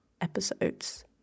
episodes